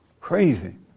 crazy